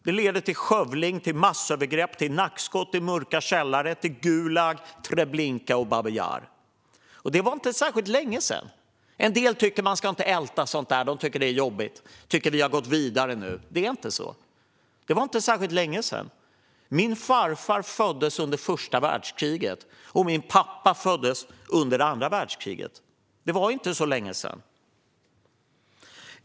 De leder till skövling, massövergrepp, nackskott i mörka källare, Gulag, Treblinka och Babij Jar. Det var inte särskilt länge sedan. En del tycker att man inte ska älta sådant där. De tycker att det är jobbigt och att vi har gått vidare nu. Men det är inte så. Det var inte särskilt länge sedan. Min farfar föddes under första världskriget, och min pappa föddes under andra världskriget. Det var inte så länge sedan.